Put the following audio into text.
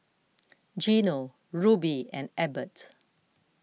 Gino Ruby and Ebert